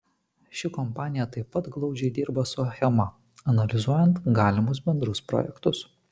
ši kompanija taip pat glaudžiai dirba su achema analizuojant galimus bendrus projektus